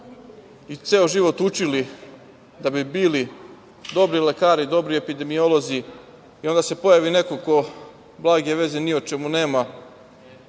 i ceo život učili da bi bili dobri lekari, dobri epidemiolozi i onda se pojavi neko blage veze ni o čemu nema